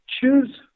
choose